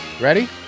Ready